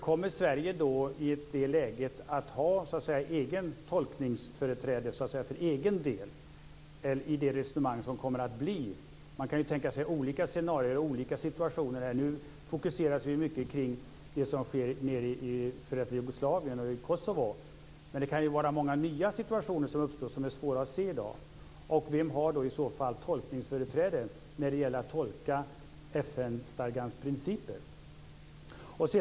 Kommer Sverige i det läget att ha tolkningsföreträde för egen del när det gäller det resonemang som kommer att bli? Man kan ju tänka sig olika scenarier och olika situationer. Nu fokuseras mycket kring det som sker nere i f.d. Jugoslavien och i Kosovo. Men det kan ju uppstå många nya situationer som är svåra att se i dag. Vem har i så fall tolkningsföreträde när det gäller att tolka FN stadgans principer?